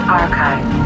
archive